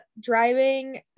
driving